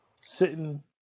sitting